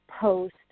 post